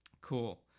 Cool